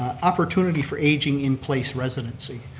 opportunity for aging in place residency.